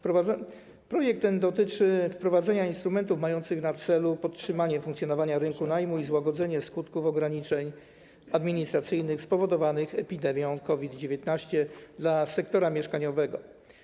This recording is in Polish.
Projekt ten dotyczy wprowadzenia instrumentów mających na celu podtrzymanie funkcjonowania rynku najmu i złagodzenie skutków ograniczeń administracyjnych spowodowanych epidemią COVID-19 dla sektora mieszkaniowego.